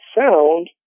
sound